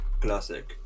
classic